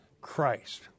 Christ